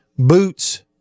Boots